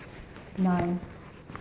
nine